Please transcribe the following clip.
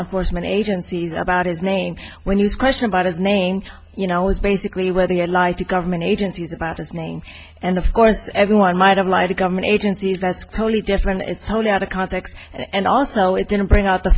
enforcement agencies about his name when you question but his name you know is basically whether you lie to government agencies about his name and of course everyone might have lied to government agencies that's totally different it's only out of context and also it didn't bring out the